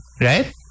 right